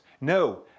No